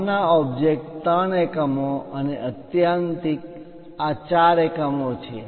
બહારના ઓબ્જેક્ટ 3 એકમો અને આત્યંતિક આ 4 એકમો છે